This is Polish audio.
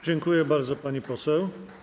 Dziękuję bardzo, pani poseł.